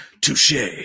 touche